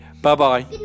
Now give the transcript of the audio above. Bye-bye